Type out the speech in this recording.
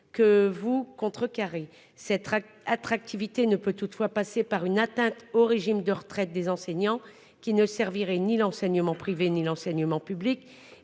que vous contrecarrer cette attractivité ne peut toutefois passer par une atteinte au régime de retraite des enseignants qui ne servirait ni l'enseignement privé, ni l'enseignement public